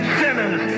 sinners